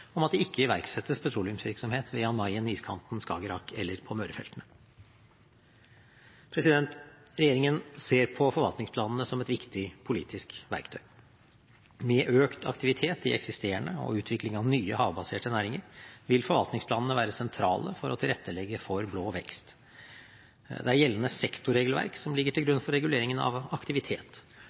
om at det ikke iverksettes petroleumsvirksomhet ved Jan Mayen, iskanten, Skagerrak eller på Mørefeltene. Regjeringen ser på forvaltningsplanene som et viktig politisk verktøy. Med økt aktivitet i eksisterende og utvikling av nye havbaserte næringer vil forvaltningsplanene være sentrale for å tilrettelegge for blå vekst. Det er gjeldende sektorregelverk som ligger til grunn for reguleringen av aktivitet.